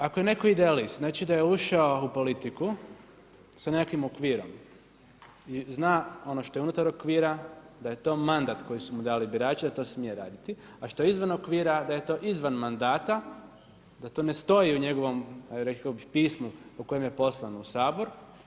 Ako je netko idealist, znači da je ušao u politiku sa nekakvim okvirom i zna ono što je unutar okvira da je to mandat koji su mu dali birači da to smije raditi, a što je izvan okvira da je to izvan mandata, da to ne stoji u njegovom rekao bih pismu u kojem je poslan u Sabor.